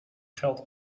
geld